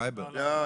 לא.